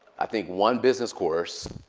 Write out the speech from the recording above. i think, one business course.